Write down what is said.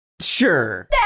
Sure